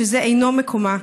שזה אינו מקומה?